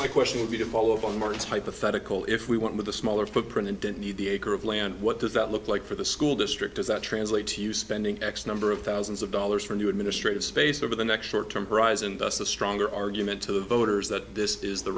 my question would be to follow up on mars hypothetical if we went with a smaller footprint and didn't need the acre of land what does that look like for the school district does that translate to spending x number of thousands of dollars for new administrative space over the next short term horizon thus a stronger argument to the voters that this is the